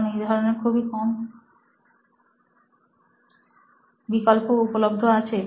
কারণ এই ধরনের খুবই কম বিকল্প উপলব্ধ আছে